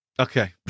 Okay